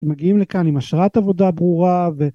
מגיעים לכאן עם אשרת עבודה ברורה ו...